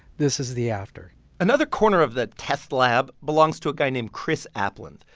this is the after another corner of the test lab belongs to a guy named chris aplin.